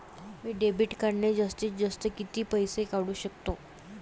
मी debit कार्डने जास्तीत जास्त किती पैसे काढू शकतो?